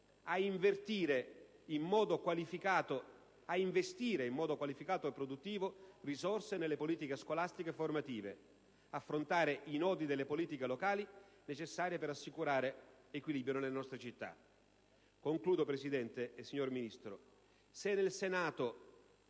a investire in modo qualificato e produttivo risorse nelle politiche scolastiche e formative ed ad affrontare i nodi delle politiche locali necessarie per assicurare equilibrio nelle nostre città. Presidente e signor Ministro,